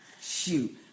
Shoot